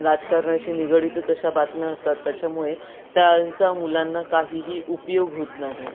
राजकारणाशी निगडीतच तशा बातम्या असतात त्याच्यामुळे त्यांचा मुलांना काहीही उपयोग होत नाही